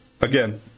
again